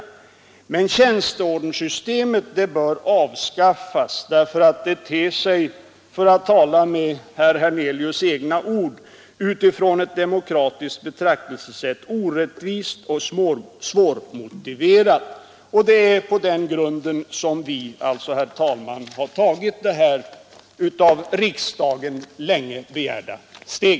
Tjänsteordenssystemet bör dock avskaffas, därför att det ter sig — för att använda herr Hernelius” egna ord — utifrån ett demokratiskt betraktelsesätt orättvist och svårmotiverat. Det är på den grunden som vi, herr talman, har tagit detta av riksdagen länge begärda steg.